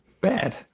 bad